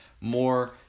more